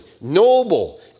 noble